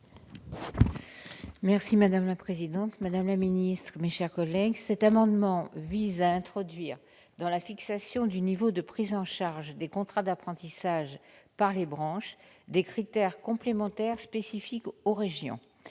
: La parole est à Mme Annie Delmont-Koropoulis. Cet amendement vise à introduire dans la fixation du niveau de prise en charge des contrats d'apprentissage par les branches des critères complémentaires spécifiques aux régions.